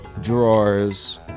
drawers